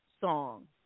song